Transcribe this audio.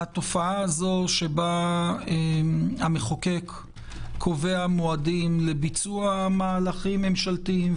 התופעה שבה המחוקק קובע מועדים לביצוע מהלכים ממשלתיים,